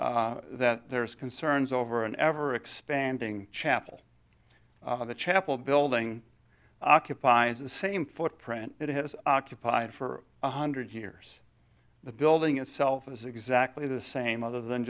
made that there's concerns over an ever expanding chapel the chapel building occupies the same footprint it has occupied for one hundred years the building itself is exactly the same other than